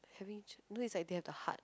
having you know is like they have the heart